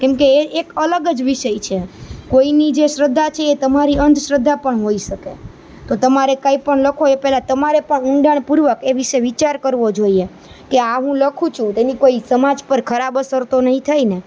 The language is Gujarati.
કેમકે એ એક અલગ જ વિષય છે કોઈની જે શ્રદ્ધા છે એ તમારી અંધશ્રદ્ધા પણ હોઈ શકે તો તમારે કંઈ પણ લખો એ પહેલા તમારે પણ ઊંડાણપૂર્વક એ વિષય વિચાર કરવો જોઈએ કે આ હું લખું છુ તેની કોઈ સમાજ પર ખરાબ અસર તો નહીં થાય ને